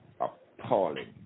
appalling